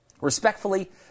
Respectfully